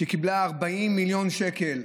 שקיבל 40 מיליון שקל.